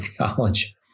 college